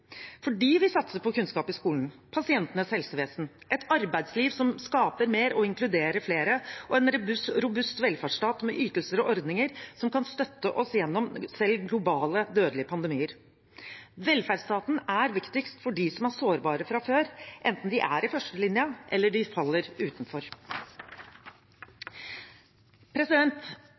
fordi vi satser på kunnskap i skolen, pasientenes helsevesen, et arbeidsliv som skaper mer og inkluderer flere, og en robust velferdsstat med ytelser og ordninger som kan støtte oss gjennom selv globale, dødelige pandemier. Velferdsstaten er viktigst for dem som er sårbare fra før, enten de er i førstelinjen, eller de faller utenfor.